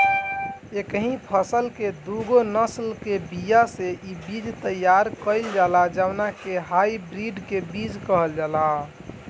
एकही फसल के दूगो नसल के बिया से इ बीज तैयार कईल जाला जवना के हाई ब्रीड के बीज कहल जाला